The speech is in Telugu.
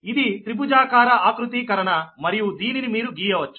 ఇది త్రిభుజాకార ఆకృతీకరణ మరియు దీనిని మీరు గీయవచ్చు